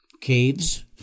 caves